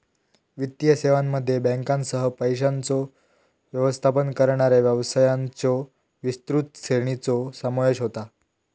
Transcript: वित्तीय सेवांमध्ये बँकांसह, पैशांचो व्यवस्थापन करणाऱ्या व्यवसायांच्यो विस्तृत श्रेणीचो समावेश होता